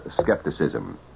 skepticism